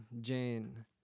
Jane